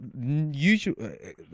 usually